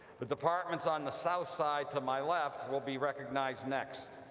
the departments on the south side to my left will be recognized next.